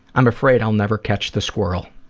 i'm afraid i'll never catch the squirrel.